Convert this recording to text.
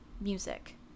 music